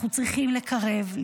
אנחנו צריכים לקרב,